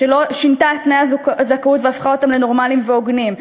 כשלא שינתה את תנאי הזכאות והפכה אותם לנורמליים והוגנים,